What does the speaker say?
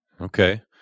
Okay